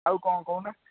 ଆଉ କ'ଣ କହୁନା